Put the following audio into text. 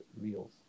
Reels